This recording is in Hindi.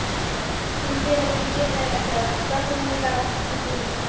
अच्छा सिल के रख दीजिए मैं कर कर दूँगी एक आध घंटे में